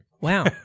Wow